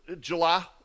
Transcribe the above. July